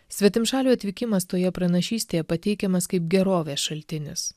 svetimšalių atvykimas toje pranašystėje pateikiamas kaip gerovės šaltinis